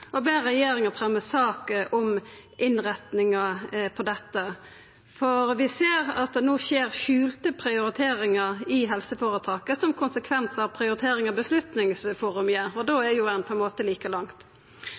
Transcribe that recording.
og ber regjeringa fremja sak om innretninga på dette. For vi ser at det no skjer skjulte prioriteringar i helseføretak som konsekvens av prioriteringar Beslutningsforum gjer. Da er ein på ein måte like langt.